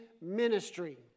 ministry